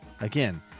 again